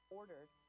ordered